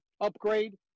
upgrade